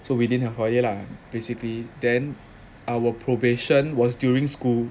so within the holiday lah basically then our probation was during school